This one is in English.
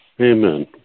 Amen